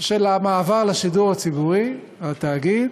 של המעבר לשידור הציבורי, התאגיד,